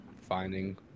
finding